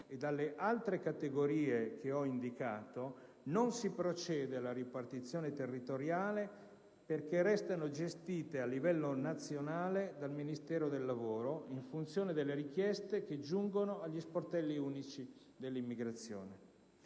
ed alle altre categorie sopraindicate non si procede alla ripartizione territoriale, restando gestite a livello nazionale dal Ministero del lavoro, in funzione delle richieste che giungeranno agli sportelli unici dell'immigrazione.